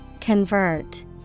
Convert